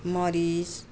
मरिच